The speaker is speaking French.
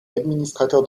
administrateur